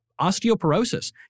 osteoporosis